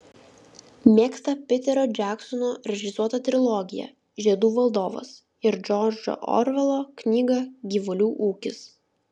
mėgsta piterio džeksono režisuotą trilogiją žiedų valdovas ir džordžo orvelo knygą gyvulių ūkis